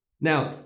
Now